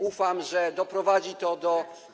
Ufam, że doprowadzi to do.